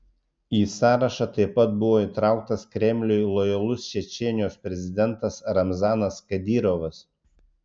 į sąrašą taip pat buvo įtrauktas kremliui lojalus čečėnijos prezidentas ramzanas kadyrovas